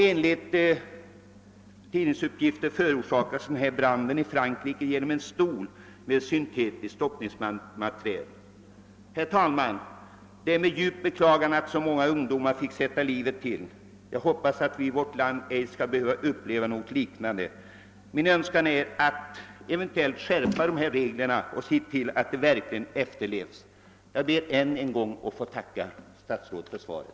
Enligt tidningsuppgifter förorsakades branden i Frankrike av en stol med syntetiskt stoppningsmaterial. Herr talman! Det är djupt beklagligt att så många ungdomar fick sätta livet till. Jag hoppas att vi i vårt land inte skall behöva uppleva något liknande. Min önskan är att vi eventuellt skall skärpa gällande regler och framför allt se till att de verkligen efterlevs. Jag ber än en gång att få tacka för svaret.